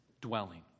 dwelling